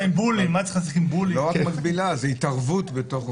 זו התערבות.